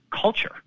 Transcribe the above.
culture